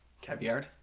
Caviar